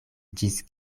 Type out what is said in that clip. ĝis